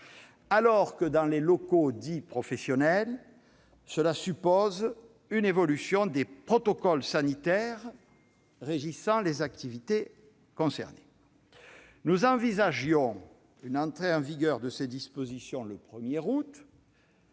alors que, dans les locaux dits « professionnels », elle suppose une évolution des protocoles sanitaires régissant les activités concernées. Nous envisagions une entrée en vigueur de ces dispositions le 1 août